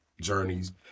journeys